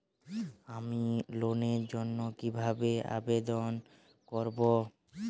আমি লোনের জন্য কিভাবে আবেদন করব?